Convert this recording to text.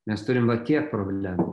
mes turim va tiek problemų